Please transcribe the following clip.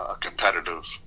competitive